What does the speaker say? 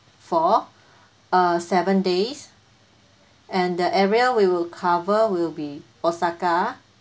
for uh seven days and the area we will cover will be osaka